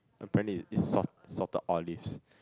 apparently it is salt salted olives